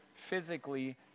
physically